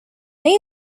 they